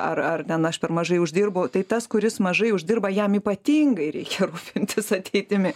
ar ar ten aš per mažai uždirbu tai tas kuris mažai uždirba jam ypatingai reikia rūpintis ateitimi